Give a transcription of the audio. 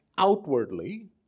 outwardly